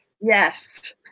yes